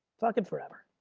fucking forever,